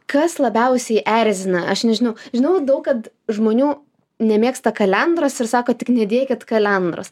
kas labiausiai erzina aš nežinau žinau daug kad žmonių nemėgsta kalendros ir sako tik nedėkit kalendros